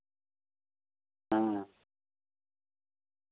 ᱦᱮᱸ